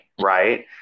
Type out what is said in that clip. right